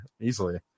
easily